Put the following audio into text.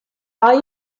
are